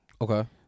Okay